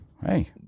hey